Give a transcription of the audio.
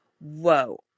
whoa